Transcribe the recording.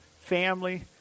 family